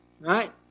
right